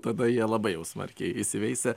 tada jie labai jau smarkiai įsiveisia